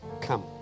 Come